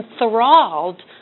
enthralled